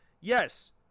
Yes